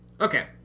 Okay